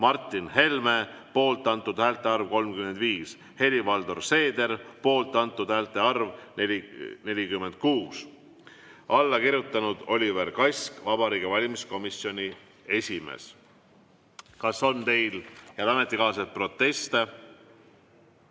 Martin Helme – poolt antud häälte arv 35, Helir-Valdor Seeder – poolt antud häälte arv 46. Alla on kirjutanud Oliver Kask, Vabariigi Valimiskomisjoni esimees. Kas on teil, head ametikaaslased, proteste?